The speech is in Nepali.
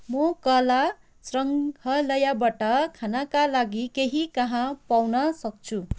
म कला सङ्ग्राहलय खानका लागि केहि कहाँ पाउन सक्छु